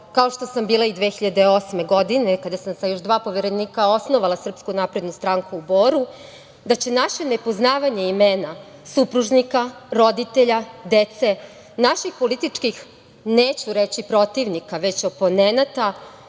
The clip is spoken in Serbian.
kao što sam bila i 2008. godine, kada sam još sa dva poverenika osnovala SNS, u Boru, da će naše nepoznavanje imena supružnika, roditelja, dece, naših političkih, neću reći protivnika, već ću reći oponenata,